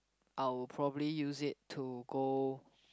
I would probably use it to go